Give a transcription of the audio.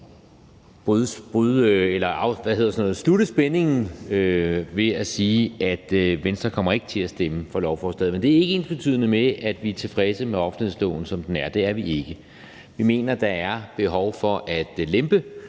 udløse spændingen ved at sige, at Venstre ikke kommer til at stemme for lovforslaget. Men det er ikke ensbetydende med, at vi er tilfredse med offentlighedsloven, som den er. Det er vi ikke. Vi mener, at der er behov for at lempe